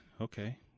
okay